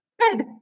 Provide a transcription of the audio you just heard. Good